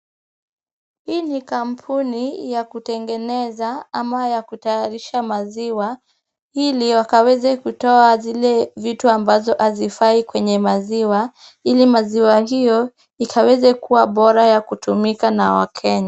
Hii ni kampuni ya kutengeneza ama ya kutayarisha maziwa ili wakaweze kutoa zile vitu ambazo hazifai kwenye maziwa ili maziwa hio ikaweze kuwa bora ya kutumika na wakenya.